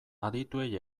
adituei